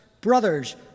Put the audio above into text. Brothers